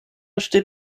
steht